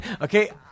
Okay